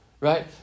right